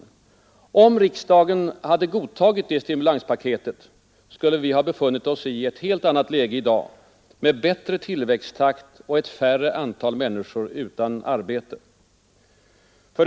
Hade riksdagen godtagit det stimulanspaketet, skulle vi ha befunnit oss i ett helt annat läge i dag med bättre tillväxttakt och ett färre antal människor utan arbete. 4.